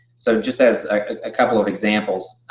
so just as a couple of examples.